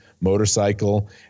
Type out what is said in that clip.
motorcycle